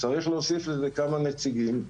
צריך להוסיף לזה כמה נציגים: